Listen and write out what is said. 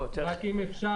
רק אם אפשר,